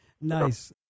Nice